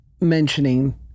mentioning